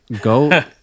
Go